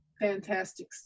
fantastic